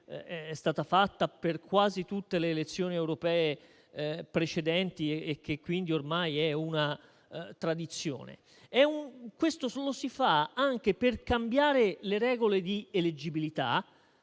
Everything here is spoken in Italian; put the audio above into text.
è stata fatta per quasi tutte le elezioni europee precedenti e che quindi ormai è una tradizione. Questa operazione la si fa anche per cambiare le regole di eleggibilità.